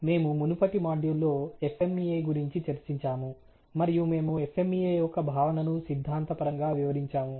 మేము మునుపటి మాడ్యూల్లో FMEA గురించి చర్చించాము మరియు మేము FMEA యొక్క భావనను సిద్ధాంతపరంగా వివరించాము